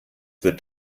wird